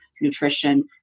nutrition